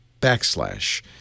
backslash